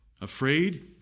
Afraid